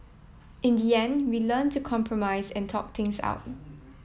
in the end we learnt to compromise and talk things out